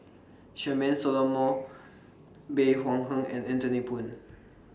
Charmaine Solomon Bey Hua Heng and Anthony Poon